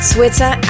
Twitter